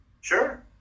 sure